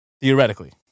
Theoretically